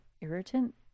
irritant